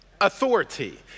authority